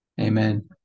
amen